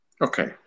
Okay